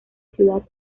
ciudad